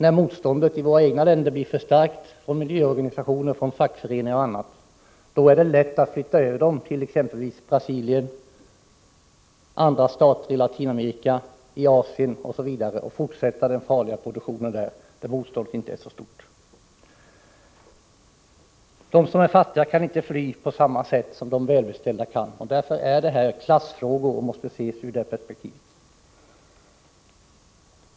När motståndet i våra egna länder blir för starkt från miljöorganisationer, fackföreningar m.fl. är det lätt att flytta över de farliga industrierna till exempelvis Brasilien, andra stater i Latinamerika, Asien osv. och fortsätta den farliga produktionen i länder där motståndet inte är så stort. De som är fattiga kan inte fly på samma sätt som de välbeställda kan göra. Därför är dessa frågor klassfrågor. Vi måste alltså se problemen ur det perspektivet.